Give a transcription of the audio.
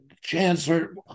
chancellor